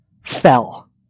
fell